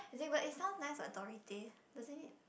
as in but it sounds nice what Dory tay doesn't it